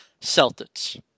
Celtics